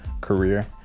career